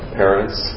parents